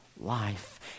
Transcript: life